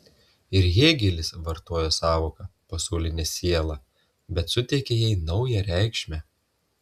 ir hėgelis vartoja sąvoką pasaulinė siela bet suteikia jai naują reikšmę